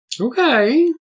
Okay